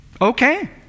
Okay